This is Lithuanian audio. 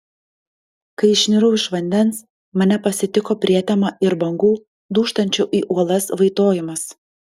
kai išnirau iš vandens mane pasitiko prietema ir bangų dūžtančių į uolas vaitojimas